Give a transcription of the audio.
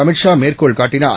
அமித்ஷாமேற்கோள்காட்டினார்